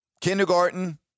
kindergarten